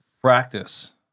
Practice